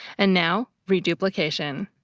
and now, reduplication.